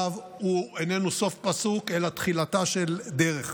הוא איננו סוף פסוק אלא תחילתה של דרך.